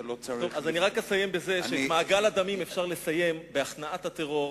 אני אסיים בזה שאת מעגל הדמים אפשר לסיים בהכנעת הטרור